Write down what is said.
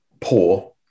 poor